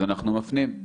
אז אנחנו מפנים,